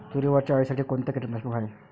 तुरीवरच्या अळीसाठी कोनतं कीटकनाशक हाये?